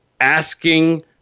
asking